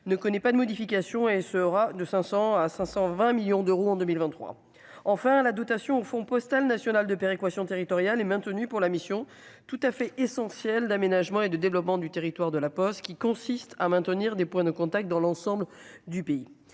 ne connaît pas de modifications et sera de 500 à 520 millions d'euros en 2023 enfin la dotation au fonds postal national de péréquation territoriale est maintenu pour la mission tout à fait essentiel d'aménagement et de développement du territoire de la Poste qui consiste à maintenir des points de contact dans l'ensemble du pays,